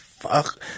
fuck